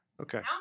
okay